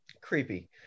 creepy